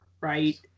right